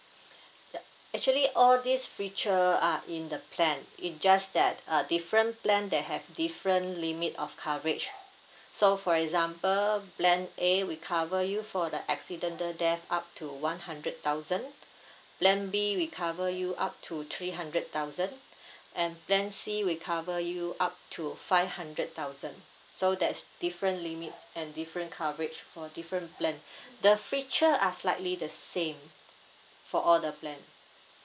yup actually all this feature are in the plan it just that uh different plan they have different limit of coverage so for example plan A we cover you for the accidental death up to one hundred thousand plan B we cover you up to three hundred thousand and plan C we cover you up to five hundred thousand so there's different limits and different coverage for different plan the feature are slightly the same for all the plan